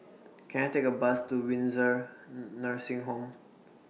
Can I Take A Bus to Windsor Nursing Home